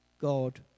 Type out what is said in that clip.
God